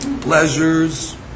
pleasures